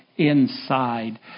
inside